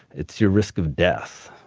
it's your risk of death.